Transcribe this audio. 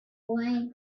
way